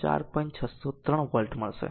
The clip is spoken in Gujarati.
603 વોટ મળશે